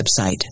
website